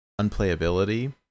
unplayability